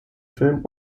film